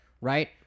right